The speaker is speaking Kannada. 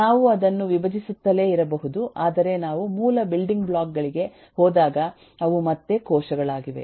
ನಾವು ಅದನ್ನು ವಿಭಜಿಸುತ್ತಲೇ ಇರಬಹುದು ಆದರೆ ನಾವು ಮೂಲ ಬಿಲ್ಡಿಂಗ್ ಬ್ಲಾಕ್ ಗಳಿಗೆ ಹೋದಾಗ ಅವು ಮತ್ತೆ ಕೋಶಗಳಾಗಿವೆ